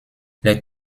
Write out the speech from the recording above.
les